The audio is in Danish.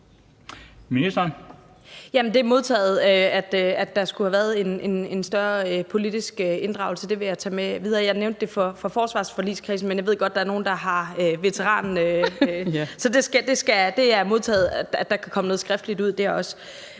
Det er modtaget, at der skulle have været en større politisk inddragelse. Det vil jeg tage med videre. Jeg nævnte det for forsvarsforligskredsen, men jeg ved godt, at der er andre, der også har veteraninteresse. Så det er modtaget, at der kan komme noget skriftligt ud